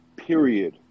period